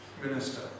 minister